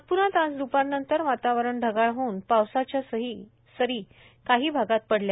नागप्रात आज दपारनंतर वातावरण ढगाळ होऊन पावसाच्या सरी काही भागात पडल्या